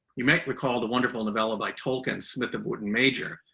you may recall the wonderful novella by tolkien, smith of wootton major,